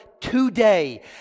today